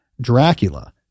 Dracula